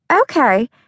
okay